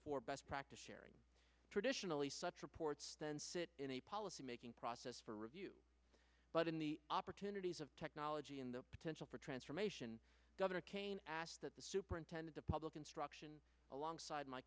for best practice sharing traditionally such reports then sit in a policy making process for review but in the opportunities of technology in the potential for transformation governor kaine asked that the superintendent of public instruction alongside my